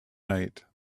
night